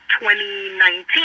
2019